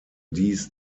dies